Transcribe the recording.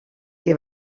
que